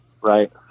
right